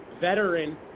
veteran